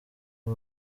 ari